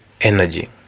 energy